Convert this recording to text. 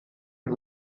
und